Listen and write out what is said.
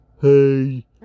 Hey